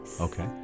Okay